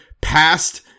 past